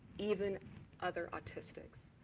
even other autistics.